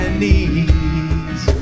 knees